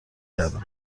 کردم